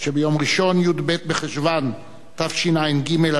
י"ב בחשוון תשע"ג 2012,